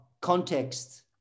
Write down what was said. context